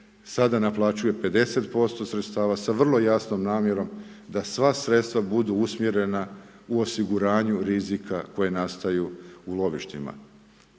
sada naplaćuje 50% sredstava s vrlo jasnom namjerom da sva sredstva budu usmjerena u osiguranju rizika koji nastaju u lovištima.